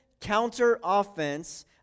counter-offense